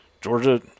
Georgia